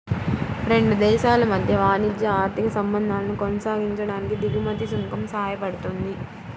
రెండు దేశాల మధ్య వాణిజ్య, ఆర్థిక సంబంధాలను కొనసాగించడానికి దిగుమతి సుంకం సాయపడుతుంది